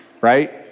right